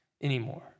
anymore